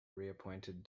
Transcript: reappointed